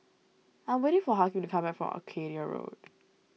I'm waiting for Hakeem to come back from Arcadia Road